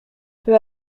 peu